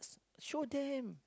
show them